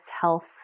health